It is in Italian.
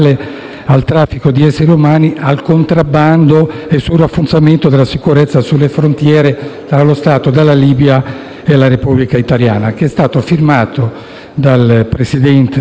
al traffico di esseri umani, al contrabbando e sul rafforzamento della sicurezza delle frontiere tra lo Stato di Libia e la Repubblica italiana, firmato a Roma, dal Presidente